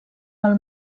del